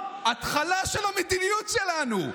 התחלה של המדיניות שלנו.